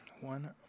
One